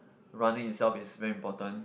running itself is very important